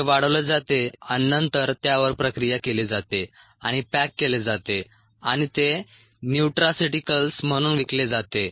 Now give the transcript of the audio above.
ते वाढवले जाते आणि नंतर त्यावर प्रक्रिया केली जाते आणि पॅक केले जाते आणि ते न्यूट्रास्युटिकल्स म्हणून विकले जाते